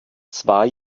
zwei